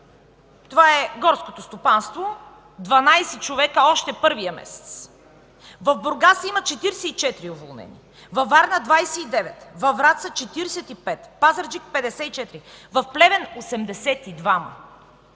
това е горското стопанство – 12 човека още първия месец. В Бургас има 44 уволнени, във Варна – 29, във Враца – 45, Пазарджик – 54, в Плевен – 82,